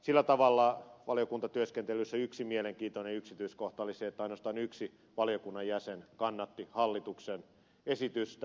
sillä tavalla valiokuntatyöskentelyssä yksi mielenkiintoinen yksityiskohta oli se että ainoastaan yksi valiokunnan jäsen kannatti hallituksen esitystä